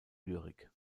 lyrik